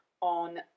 on